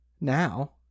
now